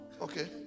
okay